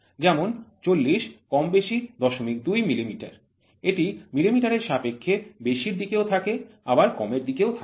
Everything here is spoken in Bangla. যেমন ৪০ কম বেশি ০২ মিলিমিটার এটি মিলিমিটার এর সাপেক্ষে বেশির দিকে ও থাকে আবার কমের দিকেও থাকে